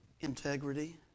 Integrity